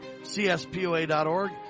cspoa.org